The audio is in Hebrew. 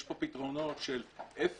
יש פה פתרונות של אפס,